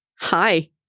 Hi